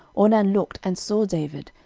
ornan looked and saw david,